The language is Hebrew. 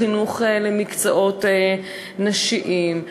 חינוך למקצועות נשיים,